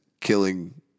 killing